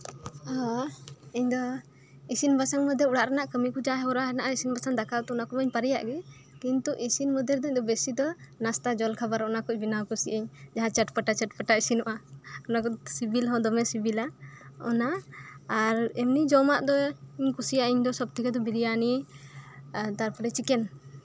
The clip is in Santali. ᱤᱧ ᱫᱚ ᱤᱥᱤᱱ ᱵᱟᱥᱟᱝ ᱢᱚᱫᱽᱫᱷᱮ ᱚᱲᱟᱜ ᱨᱮᱱᱟᱜ ᱡᱟ ᱠᱟᱹᱢᱤ ᱠᱚ ᱢᱮᱱᱟᱜᱼᱟ ᱤᱥᱤᱱ ᱵᱟᱥᱟᱝ ᱫᱟᱠᱟ ᱩᱛᱩ ᱚᱱᱟ ᱠᱚᱢᱟᱧ ᱯᱟᱨᱮᱭᱟᱜᱼᱜᱮ ᱠᱤᱱᱛᱩ ᱤᱥᱤᱱ ᱢᱚᱫᱽᱫᱷᱮ ᱨᱮᱫᱚ ᱤᱧ ᱫᱚ ᱱᱟᱥᱛᱟ ᱡᱩᱛ ᱡᱚᱞ ᱠᱷᱟᱵᱟᱨ ᱚᱱᱟ ᱠᱚ ᱵᱮᱱᱟᱣ ᱠᱩᱥᱤᱭᱟᱜ ᱤᱧ ᱪᱚᱴ ᱯᱚᱴᱟ ᱪᱚᱴ ᱯᱚᱴᱟ ᱤᱥᱤᱱᱚᱜᱼᱟ ᱚᱱᱟ ᱠᱚᱫᱚ ᱥᱤᱵᱤᱞ ᱦᱚᱸᱫᱚᱢᱮ ᱥᱤᱵᱤᱞᱟ ᱚᱱᱟ ᱟᱨ ᱮᱢᱱᱤ ᱡᱚᱢᱟᱜ ᱫᱚ ᱥᱚᱵᱛᱷᱮᱠᱮᱧ ᱠᱩᱥᱤᱭᱟᱜᱼᱟ ᱵᱤᱨᱭᱟᱱᱤ ᱛᱟᱨᱯᱚᱨᱮ ᱪᱤᱠᱮᱱ